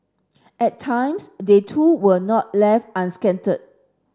at times they too were not left unscathed